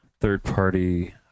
third-party